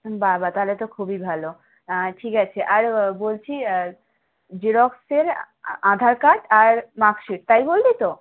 বাবা তাহলে তো খুবই ভালো ঠিক আছে আর বলছি জেরক্সের আধার কার্ড আর মার্কশিট তাই বললি তো